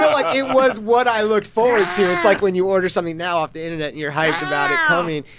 know, like it was what i looked forward to. it's like when you order something now off the internet and you're hyped about it coming.